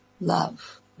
Love